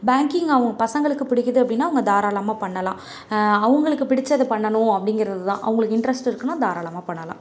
banking அவங்க பசங்களுக்கு பிடிக்கிறது அப்படின்னா அவங்க தாராளமாக பண்ணலாம் அவங்களுக்கு பிடிச்சதை பண்ணணும் அப்படிங்கிறது தான் அவங்களுக்கு இன்ரஸ்ட் இருக்குனால் தாராளமாக பண்ணலாம்